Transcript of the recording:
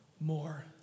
more